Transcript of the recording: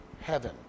heaven